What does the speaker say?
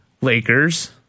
Lakers